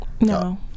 No